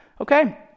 Okay